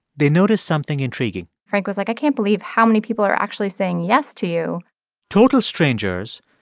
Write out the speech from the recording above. they noticed something intriguing frank was like, i can't believe how many people are actually saying yes to you total strangers,